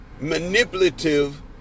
manipulative